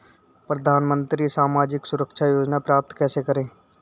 प्रधानमंत्री सामाजिक सुरक्षा योजना प्राप्त कैसे करें?